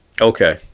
Okay